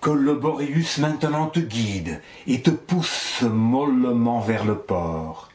que le boreus maintenant te guide et te pousse mollement vers le port